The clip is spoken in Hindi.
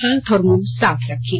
हाथ और मुंह साफ रखें